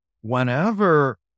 whenever